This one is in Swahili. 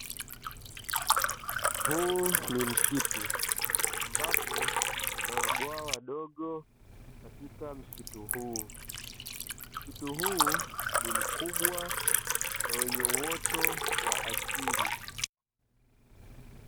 Huu ni msitu ambapo kuna bwawa dogo katika msitu huu. Msitu huu ni mkubwa na wenye uoto wa asili.